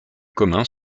communs